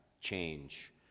change